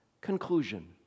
conclusion